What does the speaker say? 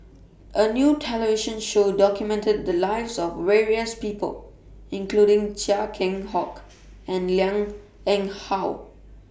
A New television Show documented The Lives of various People including Chia Keng Hock and Liang Eng How